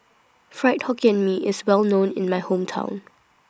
Fried Hokkien Mee IS Well known in My Hometown